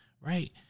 Right